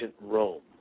Rome